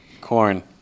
Corn